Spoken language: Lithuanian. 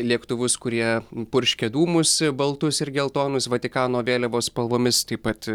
lėktuvus kurie purškia dūmus baltus ir geltonus vatikano vėliavos spalvomis taip pat